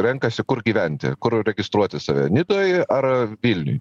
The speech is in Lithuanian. renkasi kur gyventi kur registruoti save nidoj ar vilniuj